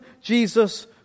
Jesus